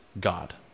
God